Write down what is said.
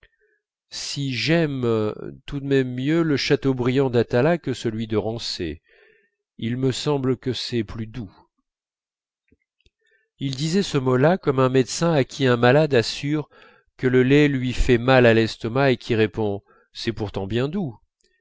si j'aime tout de même mieux le chateaubriand d'atala que celui de rené il me semble que c'est plus doux il disait ce mot-là comme un médecin à qui un malade assure que le lait lui fait mal à l'estomac et qui répond c'est pourtant bien doux